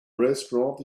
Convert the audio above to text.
restaurant